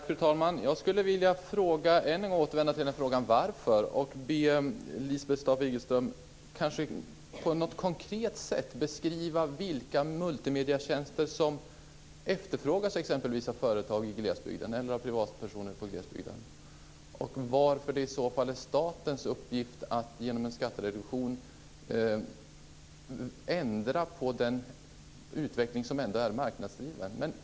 Fru talman! Jag skulle än en gång vilja återvända till frågan Varför? och be Lisbeth Staaf-Igelström på något konkret sätt beskriva vilka multimedietjänster som efterfrågas exempelvis av företag i glesbygden eller av privatpersoner i glesbygden och varför det i så fall är statens uppgift att genom en skattereduktion ändra på den utveckling som ändå är marknadsgiven.